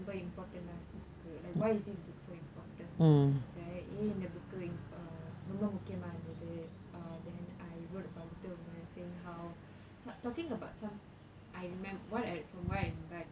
ரொம்ப:romba important book like why is this book so important right ஏன் இந்த:yaen intha book uh ரொம்ப முக்கியமா இருந்தது:romba mukiyamaa irunthathu then I wrote about little women sayign how talking about some I remember from what I remember